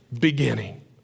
beginning